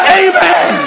amen